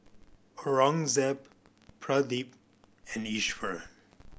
Aurangzeb Pradip and Iswaran